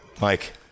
Mike